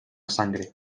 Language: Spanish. sangre